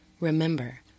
Remember